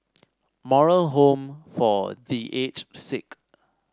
Moral Home for The Aged Sick